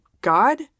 God